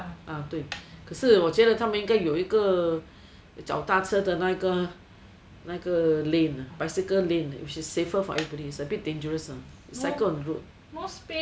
啊对可是我觉得他们应该有一个脚踏车的那个那个 lane 啊 bicycle lane which is safer for everybody is a bit dangerous ah to cycle on road